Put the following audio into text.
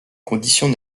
conditions